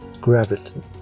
gravity